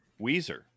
Weezer